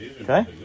Okay